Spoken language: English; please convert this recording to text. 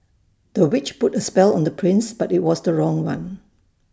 the witch put A spell on the prince but IT was the wrong one